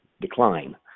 decline